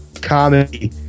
comedy